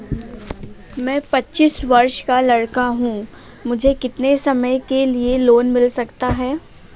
मैं पच्चीस वर्ष का लड़का हूँ मुझे कितनी समय के लिए लोन मिल सकता है?